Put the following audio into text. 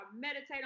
meditate